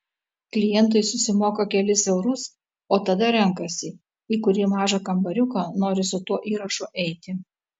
klientai susimoka kelis eurus o tada renkasi į kurį mažą kambariuką nori su tuo įrašu eiti